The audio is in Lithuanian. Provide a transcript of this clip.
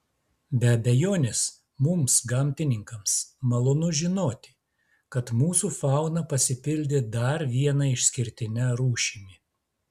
be abejonės mums gamtininkams malonu žinoti kad mūsų fauna pasipildė dar viena išskirtine rūšimi